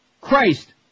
Christ